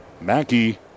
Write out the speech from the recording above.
Mackey